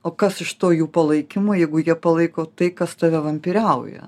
o kas iš to jų palaikymo jeigu jie palaiko tai kas tave vampyriauja